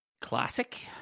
classic